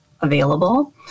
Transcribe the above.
available